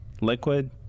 liquid